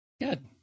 good